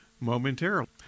momentarily